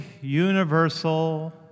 universal